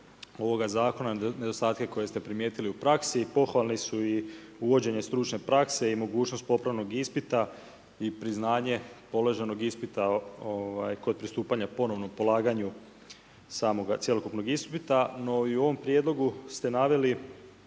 zakona i nedostatke koje ste primijetili u praksi i pohvalni su i uvođenje stručne prakse i mogućnost popravnog ispita i priznanje položenog ispita kod pristupanja ponovnog polaganju samoga, cjelokupnog ispita. No i u ovom prijedlogu ste naveli